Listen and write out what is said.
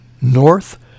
north